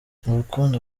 urukundo